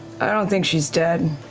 i don't think she's dead.